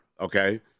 Okay